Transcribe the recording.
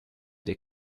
des